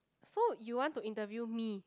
so you want to interview me